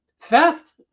theft